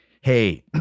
hey